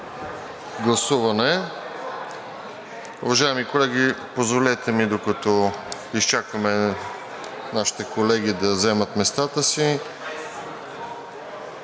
гласуване.